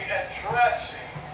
addressing